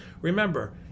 remember